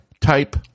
type